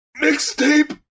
mixtape